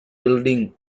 building